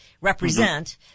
Represent